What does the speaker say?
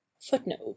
Footnote